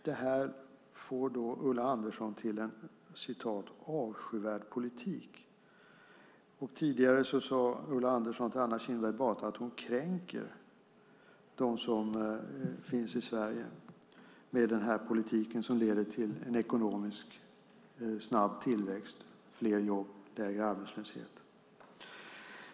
Detta får Ulla Andersson till en "avskyvärd politik"! Tidigare sade Ulla Andersson till Anna Kinberg Batra att hon kränker dem som finns i Sverige genom denna politik som leder till en snabb ekonomisk tillväxt, fler jobb och lägre arbetslöshet.